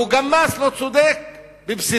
הוא גם מס לא צודק בבסיסו,